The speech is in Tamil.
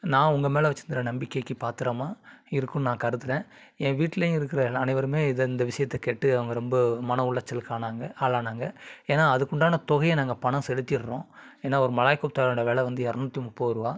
நான் உங்கள் மேலே வச்சிருந்த நம்பிக்கைக்கு பாத்திரமாக இருக்கும்னு நான் கருதுகிறேன் என் வீட்டிலையும் இருக்கிற எல் அனைவருமே இதை இந்த விஷயத்தை கேட்டு அவங்க ரொம்ப மன உளைச்சலுக்கு ஆனாங்கள் ஆளானாங்கள் ஏன்னா அதுக்குண்டான தொகையை நாங்கள் பணம் செலுத்திடுறோம் ஏன்னா ஒரு மலாய் குஃப்த்தாவோட வில வந்து இரநூத்தி முப்பதுருபா